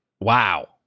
Wow